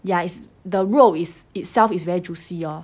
ya it's the 肉 is itself is very juicy lor